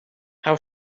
how